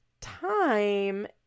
time